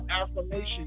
affirmation